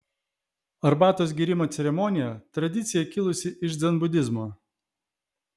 arbatos gėrimo ceremonija tradicija kilusi iš dzenbudizmo